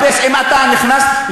אפשר להביא בדיוק מה המספר שם.